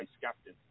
captain